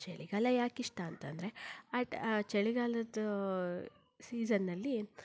ಚಳಿಗಾಲ ಯಾಕೆ ಇಷ್ಟ ಅಂತ ಅಂದ್ರೆ ಆ ಚಳಿಗಾಲದ ಸೀಸನ್ನಲ್ಲಿ